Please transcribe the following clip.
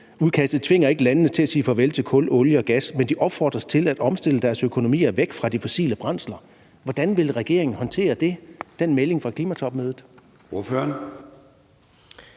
ikke tvinger landene til at sige farvel til kul, olie og gas, men at de opfordres til at omstille deres økonomier væk fra de fossile brændsler, hvordan vil regeringen så håndtere den melding? Kl. 11:22 Formanden (Søren